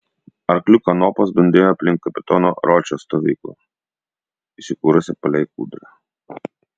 arklių kanopos dundėjo aplink kapitono ročo stovyklą įsikūrusią palei kūdrą